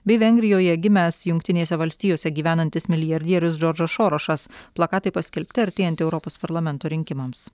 bei vengrijoje gimęs jungtinėse valstijose gyvenantis milijardierius džordžas šorošas plakatai paskelbti artėjant europos parlamento rinkimams